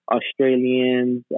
Australians